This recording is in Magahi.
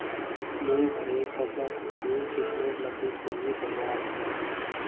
मुई घरेर सबला कुर्सी सिशमेर लकड़ी से ही बनवाल छि